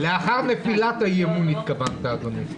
לאחר נפילת האי-אמון, התכוונת אדוני.